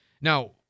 Now